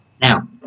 Now